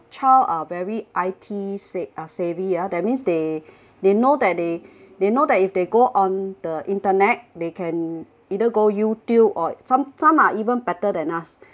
child are very I_T sa~ savvy ah that means they they know that they they know that if they go on the internet they can either go YouTube or some some are even better than us